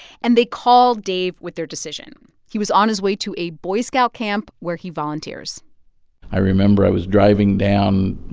and they call dave with their decision. he was on his way to a boy scout camp where he volunteers i remember i was driving down,